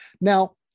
Now